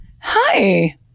Hi